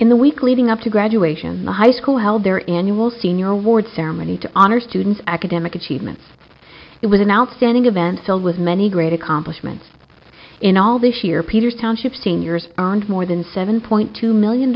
in the week leading up to graduation the high school held their annual senior awards ceremony to honor students academic achievements it was an outstanding event filled with many great accomplishments in all this year peter's township seniors and more than seven point two million